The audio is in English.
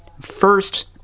first